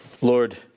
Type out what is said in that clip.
Lord